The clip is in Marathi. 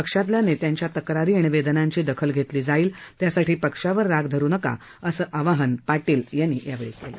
पक्षातल्या नेत्यांच्या तक्रारी आणि वेदनांची दखल घेतली जाईल त्यासाठी पक्षावर राग धरु नका असं आवाहन त्यांनी केलं